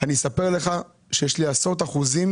אני אספר לך שיש לי עשרות אחוזים